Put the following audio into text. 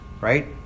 right